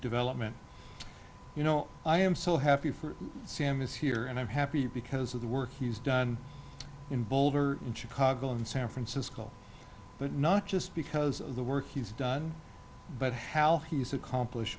development you know i am so happy for sam is here and i'm happy because of the work he's done in boulder and chicago and san francisco but not just because of the work he's done but how he's accomplish